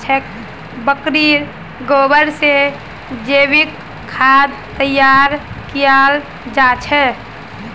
बकरीर गोबर से जैविक खाद तैयार कियाल जा छे